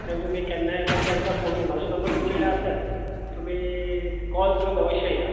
तर तुमी केन्नाय येतात ती आमकां फोन म्हजो नंबर तुमचे कडेन आसात तुमी कॉल करुन अवश्य या